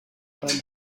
beim